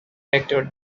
victor